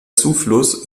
zufluss